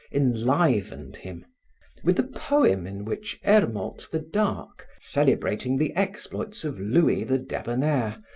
enlivened him with the poem in which ermold the dark, celebrating the exploits of louis the debonair,